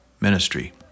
ministry